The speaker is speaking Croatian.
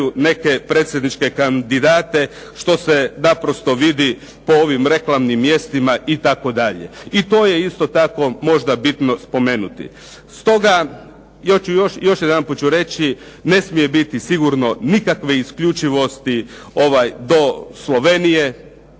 neke predsjedničke kandidate, što se naprosto vidi po ovim reklamnim mjestima itd. I to je isto tako možda bitno spomenuti. Stoga, ja ću još jedanput reći ne smije biti sigurno nikakve isključivosti do Slovenije,